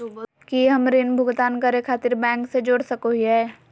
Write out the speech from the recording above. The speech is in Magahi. की हम ऋण भुगतान करे खातिर बैंक से जोड़ सको हियै?